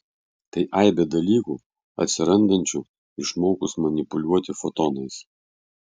tai aibė dalykų atsirandančių išmokus manipuliuoti fotonais